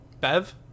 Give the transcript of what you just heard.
Bev